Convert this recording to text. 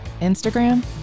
Instagram